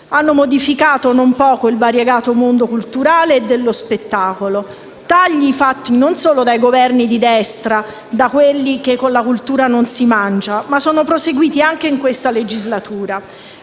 hanno modificato non poco il variegato mondo culturale e dello spettacolo. Questi tagli non sono stati fatti solo dai Governi di destra, da quelli che "con la cultura non si mangia", ma sono proseguiti anche in questa legislatura.